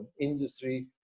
industry